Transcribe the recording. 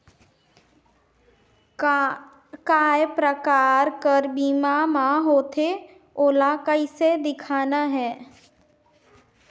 काय प्रकार कर बीमा मा होथे? ओला कइसे देखना है?